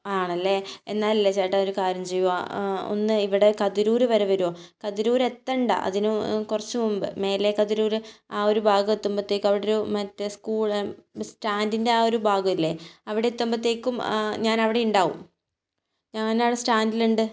ആണല്ലേ എന്നാലില്ലേ ചേട്ടാ ഒരു കാര്യം ചെയ്യുമോ ഒന്ന് ഇവിടെ കതിരൂർ വരെ വരുമോ കതിരൂർ എത്തണ്ട അതിന് കുറച്ച് മുൻപേ മേലെ കതിരൂർ ആ ഒരു ഭാഗമെത്തുമ്പോഴത്തേക്കു അവിടെ ഒരു മറ്റേ സ്കൂൾ സ്റ്റാൻഡിൻ്റെ ആ ഒരു ഭാഗമില്ലേ അവിടെ എത്തുമ്പോഴത്തേക്കും ഞാൻ അവിടെ ഉണ്ടാകും ഞാൻ അവിടെ സ്റ്റാൻഡിൽ ഉണ്ട്